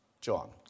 John